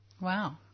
Wow